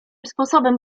sposobem